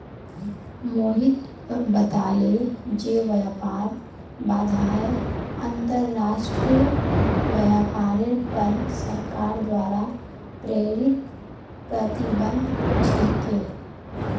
मोहित बताले जे व्यापार बाधाएं अंतर्राष्ट्रीय व्यापारेर पर सरकार द्वारा प्रेरित प्रतिबंध छिके